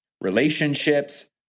relationships